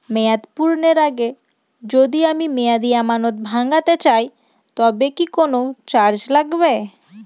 মেয়াদ পূর্ণের আগে যদি আমি মেয়াদি আমানত ভাঙাতে চাই তবে কি কোন চার্জ লাগবে?